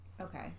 Okay